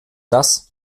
das